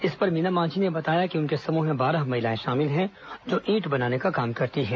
इस पर मीना मांझी ने बताया कि उनके समूह में बारह महिलाएं शामिल हैं जो ईट बनाने का काम करती है